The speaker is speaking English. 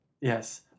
Yes